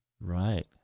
Right